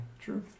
True